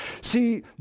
See